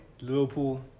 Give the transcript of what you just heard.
Liverpool